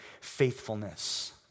faithfulness